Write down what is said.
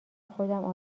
خودم